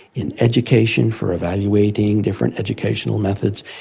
in education for evaluating different educational methods,